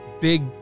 big